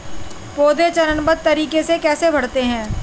पौधे चरणबद्ध तरीके से कैसे बढ़ते हैं?